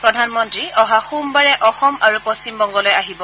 প্ৰধানমন্ত্ৰী অহা সোমবাৰে অসম আৰু পশ্চিমবংগলৈ আহিব